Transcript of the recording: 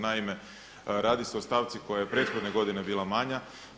Naime, radi se o stavci koja je prethodne godine bila manja.